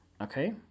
okay